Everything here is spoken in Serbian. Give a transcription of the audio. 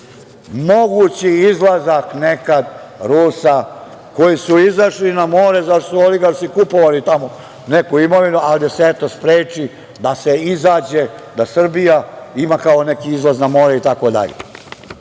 mogući izlazak nekad Rusa, koji su izašli na more, zato što su oligarsi kupovali tamo neku imovinu, ali da se, eto, spreči, da se izađe, da Srbija ima kao neki izlaz na more itd. Da